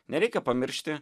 nereikia pamiršti